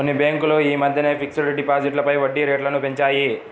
కొన్ని బ్యేంకులు యీ మద్దెనే ఫిక్స్డ్ డిపాజిట్లపై వడ్డీరేట్లను పెంచాయి